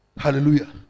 Hallelujah